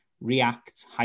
React